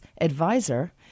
advisor